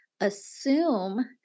assume